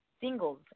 Singles